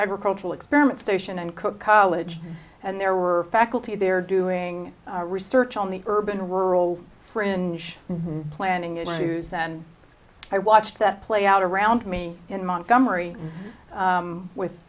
agricultural experiment station and cook college and there were faculty there doing research on the urban rural fringe planning issues and i watched that play out around me in montgomery with